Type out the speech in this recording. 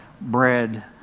bread